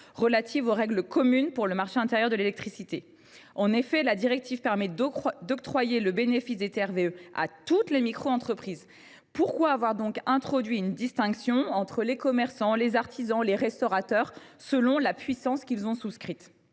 des règles communes pour le marché intérieur de l’électricité. La directive permet d’octroyer le bénéfice des TRVE à toutes les microentreprises. Pourquoi donc avoir introduit une distinction entre les commerçants, les artisans, les restaurateurs selon la puissance qu’ils ont souscrite ?